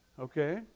okay